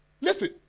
Listen